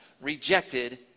rejected